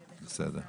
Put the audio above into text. בסדר.